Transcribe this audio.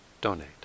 donate